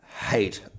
hate